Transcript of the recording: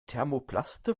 thermoplaste